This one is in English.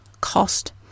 cost